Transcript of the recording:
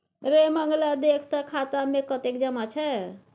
रे मंगला देख तँ खाता मे कतेक जमा छै